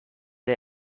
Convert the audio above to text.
der